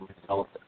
result